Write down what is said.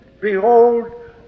Behold